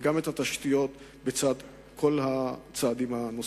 וגם את שיפור התשתיות, לצד כל הצעדים הנוספים.